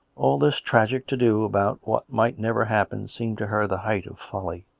all this tragic to-do about what might never happen seemed to her the height of folly.